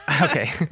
Okay